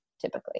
typically